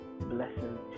blessings